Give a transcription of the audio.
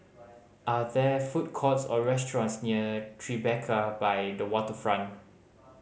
are there food courts or restaurants near Tribeca by the Waterfront